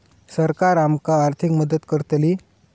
सरकार आमका आर्थिक मदत करतली?